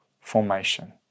formation